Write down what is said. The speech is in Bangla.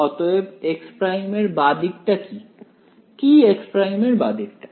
অতএব x' এর বাঁ দিকটা কি কি x' এর বাঁ দিক টা